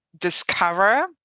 discover